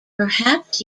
perhaps